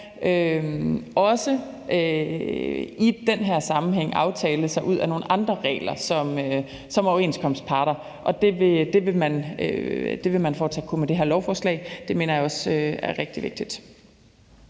også i den her sammenhæng kan aftale sig ud af nogle andre regler som overenskomstparter, og det vil man fortsat kunne med det her lovforslag. Det mener jeg også er rigtig vigtigt.